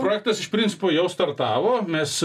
projektas iš principo jau startavo mes